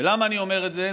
ולמה אני אומר את זה?